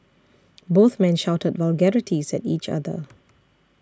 both men shouted vulgarities at each other